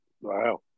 Wow